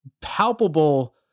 Palpable